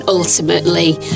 Ultimately